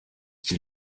qui